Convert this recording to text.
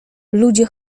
ludzie